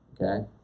Okay